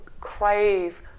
crave